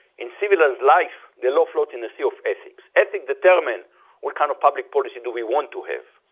in civilized life, the law float in a sea of ethics. ethic determine what kind of public policy do we want to have.